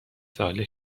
ساله